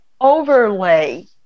overlay